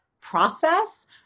process